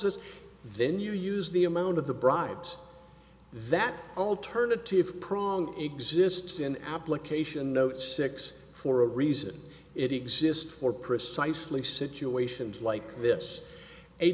us then you use the amount of the brides that alternative prong exists in application notes six for a reason it exist for precisely situations like this a